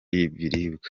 y’ibiribwa